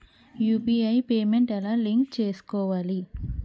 UPI payment ఎలా link చేసుకోవాలి?